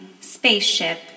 Spaceship